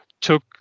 took